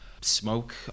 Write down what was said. smoke